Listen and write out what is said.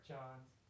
Johns